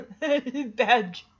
Bad